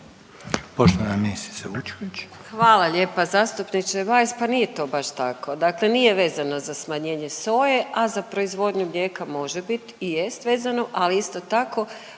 Marija (HDZ)** Hvala lijepa zastupniče Bajs, pa nije to baš tako, dakle nije vezano za smanjenje soje, a za proizvodnju mlijeka može bit i jest vezano ali isto tako